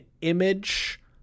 image